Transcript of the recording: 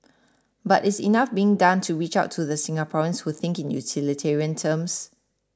but is enough being done to reach out to the Singaporeans who think in utilitarian terms